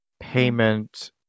payment